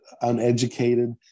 uneducated